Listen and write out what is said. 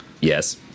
Yes